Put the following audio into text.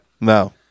No